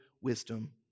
wisdom